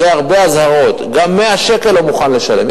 אחרי הרבה אזהרות, גם 100 שקל לא מוכן לשלם.